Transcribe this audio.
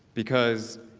because,